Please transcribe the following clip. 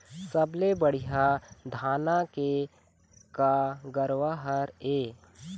सबले बढ़िया धाना के का गरवा हर ये?